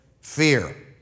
fear